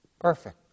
Perfect